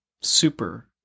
super